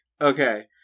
Okay